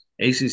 ACC